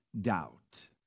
doubt